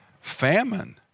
famine